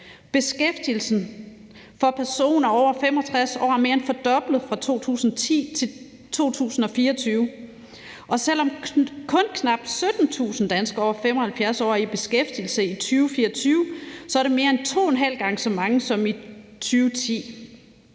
Beskæftigelsen for personer over 65 år er mere end fordoblet fra 2010 til 2024, og selv om kun knap 17.000 danskere over 75 år er i beskæftigelse her i 2024, så er det mere end to en halv gang så mange som i 2010.